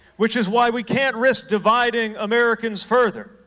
which is why we can't risk dividing americans further.